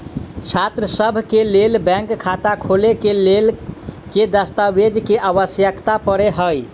छात्रसभ केँ लेल बैंक खाता खोले केँ लेल केँ दस्तावेज केँ आवश्यकता पड़े हय?